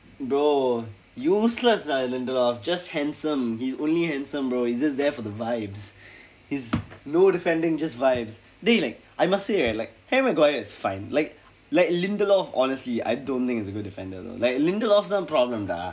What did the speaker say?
bro useless lah lindelof just handsome he's only handsome bro he's just there for the vibes he's no defending just vibes dey like I must say right like harry maguire is fine like like lindelof honestly I don't think he's a good defender like lindelof தான்:thaan problem dah